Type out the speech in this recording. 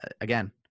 again